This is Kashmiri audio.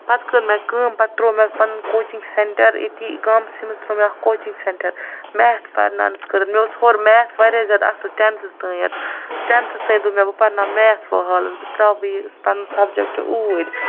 پَتہٕ کٔر مےٚ کٲم پَتہٕ ترٛوو مےٚ پَنُن کوچِنٛگ سٮ۪نٛٹَر أتی گامسٕے منٛز ترٛوو مےٚ اَکھ کوچِنٛگ سٮ۪نٛٹَر میتھ پرناونَس خٲطرٕ مےٚ اوس ہورٕ میتھ واریاہ زیاد اَصٕل ٹٮ۪نتھَس تانٮ۪تھ ٹٮ۪نتھَس تام دوٚپ مےٚ بہٕ پرناو میتھ وۄنۍ حالَس بہٕ ترٛاو وۄنۍ یُس پَنُن سَبجَکٹ اوٗرۍ